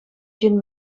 ҫын